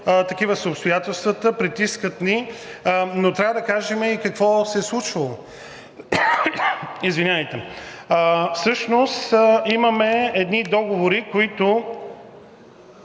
такива са обстоятелствата, притискат ни. Но трябва да кажем и какво се е случвало. Всъщност имаме едни договори, които